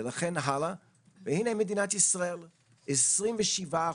וכן הלאה, והנה מדינת ישראל, 27 אחוזים.